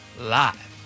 live